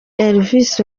alves